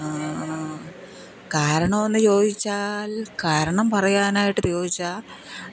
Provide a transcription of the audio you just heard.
കാരണമെന്ന് ചോദിച്ചാൽ കാരണം പറയാനായിട്ട് ചോദിച്ചാൽ